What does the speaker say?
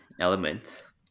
elements